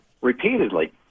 repeatedly